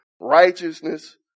righteousness